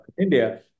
India